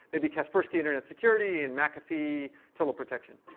maybe kaspersky internet security, and mcafee total protection.